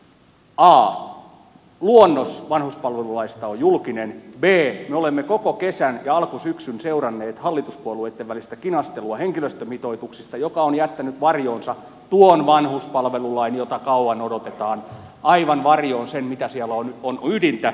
a luonnos vanhuspalvelulaista on julkinen b me olemme koko kesän ja alkusyksyn seuranneet hallituspuolueitten välistä kinastelua henkilöstömitoituksista joka on jättänyt varjoonsa tuon vanhuspalvelulain jota on kauan odotettu aivan varjoon sen mitä siellä nyt on ydintä